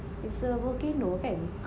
it's a volcano kan